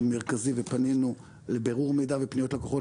מרכזי ופנינו לבירור מידע ופניות לקוחות,